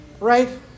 Right